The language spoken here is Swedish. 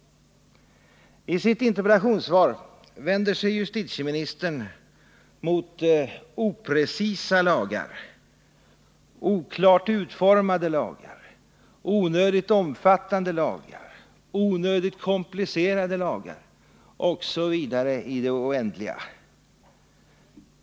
I sitt interpellationssvar vände sig justitieministern mot oprecisa lagar, oklart uformade lagar, onödigt omfattande lagar, onödigt komplicerade lagar osv. i det oändliga.